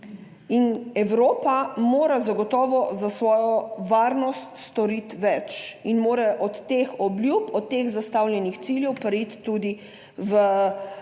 Evropa mora zagotovo za svojo varnost storiti več in mora od teh obljub, od teh zastavljenih ciljev preiti tudi v izvedbeno